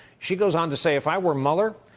she goes on to say, if i were mueller,